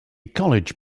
college